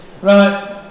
Right